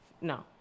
No